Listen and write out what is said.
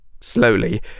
Slowly